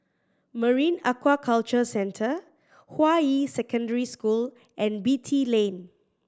Marine Aquaculture Centre Hua Yi Secondary School and Beatty Lane